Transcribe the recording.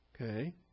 Okay